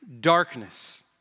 darkness